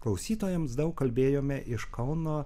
klausytojams daug kalbėjome iš kauno